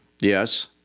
Yes